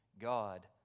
God